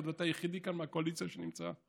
היות שאתה היחיד כאן מהקואליציה שנמצא,